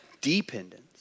dependence